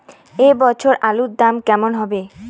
এ বছর আলুর দাম কেমন হবে?